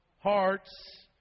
hearts